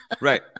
right